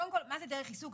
קודם כל מה זה דרך עיסוק,